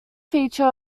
feature